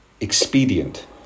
expedient